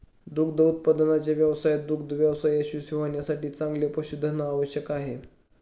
दूध उत्पादनाच्या व्यवसायात दुग्ध व्यवसाय यशस्वी होण्यासाठी चांगले पशुधन आवश्यक आहे